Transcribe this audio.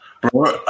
Bro